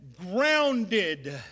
grounded